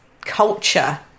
culture